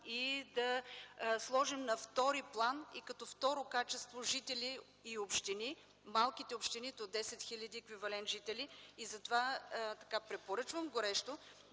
и да сложим на втори план и като второ качество жители и общини малките общини до 10 000 еквивалент жители. Затова препоръчвам горещо